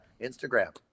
Instagram